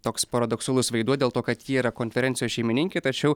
toks paradoksalus vaidmuo dėl to kad jie yra konferencijos šeimininkė tačiau